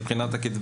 מבחינת בתי הספר,